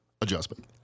adjustment